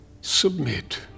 Submit